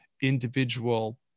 individual